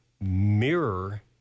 mirror